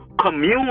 commune